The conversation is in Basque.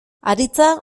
aritza